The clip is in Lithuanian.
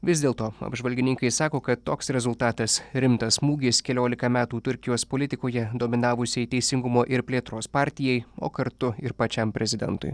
vis dėlto apžvalgininkai sako kad toks rezultatas rimtas smūgis keliolika metų turkijos politikoje dominavusiai teisingumo ir plėtros partijai o kartu ir pačiam prezidentui